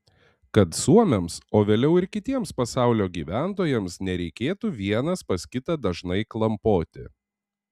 kad suomiams o vėliau ir kitiems pasaulio gyventojams nereikėtų vienas pas kitą dažnai klampoti